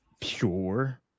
pure